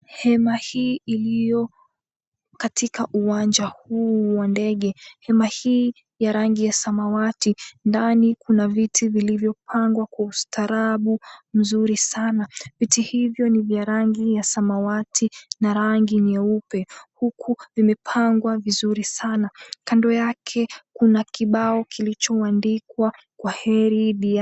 Hema hii iliyo katika uwanja huu wa ndege, hema hii ya rangi ya samawati, ndani kuna viti vilivyopangwa kwa ustaarabu mzuri sana. Viti hivyo ni vya rangi ya samawati na rangi nyeupe, huku vimepangwa vizuri sana. Kando yake kuna kibao kilichoandikwa kwa heri.